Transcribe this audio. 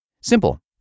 Simple